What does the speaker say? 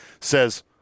says